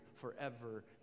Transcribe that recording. forever